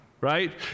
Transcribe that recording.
right